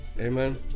Amen